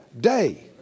day